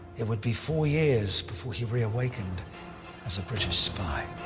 it would be four years before he re-awakened as a british spy.